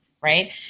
right